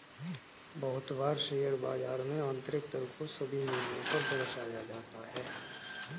बहुत बार शेयर बाजार में आन्तरिक दर को सभी मूल्यों पर दर्शाया जाता है